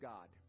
God